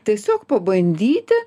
tiesiog pabandyti